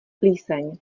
plíseň